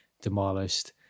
demolished